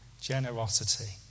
generosity